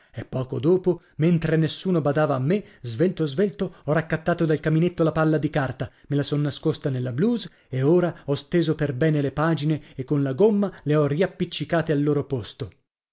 e poco dopo mentre nessuno badava a me svelto svelto ho raccattato dal caminetto la palla di carta me la son nascosta nella blouse e ora ho steso per bene le pagine e con la gomma le ho riappiccicate al loro posto